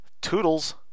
Toodles